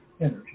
energy